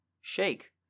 shake